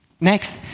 Next